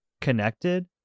connected